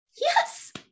Yes